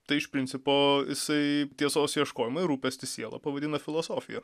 tai iš principo jisai tiesos ieškojimą rūpestį siela pavadino filosofija